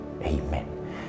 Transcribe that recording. Amen